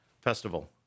festival